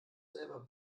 selber